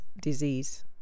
disease